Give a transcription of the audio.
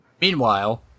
meanwhile